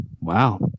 Wow